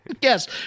Yes